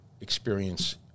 experience